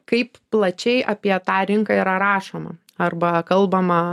kaip plačiai apie tą rinką yra rašoma arba kalbama